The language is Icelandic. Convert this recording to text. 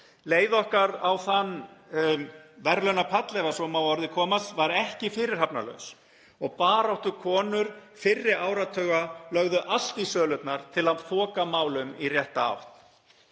Leið okkar á þann verðlaunapall, ef svo má að orði komast, var ekki fyrirhafnarlaus og baráttukonur fyrri áratuga lögðu allt í sölurnar til að þoka málum í rétta átt.